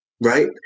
Right